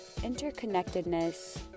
interconnectedness